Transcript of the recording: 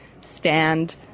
stand